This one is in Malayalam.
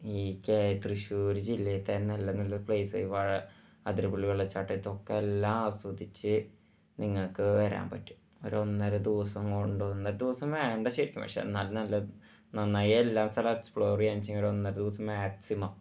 ഈ കെ തൃശ്ശൂര് ജില്ലേൽ തന്നെയുള്ള നല്ല പ്ലേയിസ് വാഴ ആതിരപ്പള്ളി വെള്ളച്ചാട്ടത്തും ഒക്കെ എല്ലാം ആസ്വദിച്ച് നിങ്ങൾക്ക് വരാന് പറ്റും ഒരു ഒന്നര ദിവസം കൊണ്ട് ഒന്നര ദിവസം വേണ്ട ശരിക്കും പക്ഷെ എന്നാലും നല്ല നന്നായി എല്ലാ സ്ഥലം എക്സ്പ്ലോറ് ചെയ്യാന്ന് വെച്ചെങ്കിൽ ഒരു ഒന്നര ദിവസം മാക്സിമം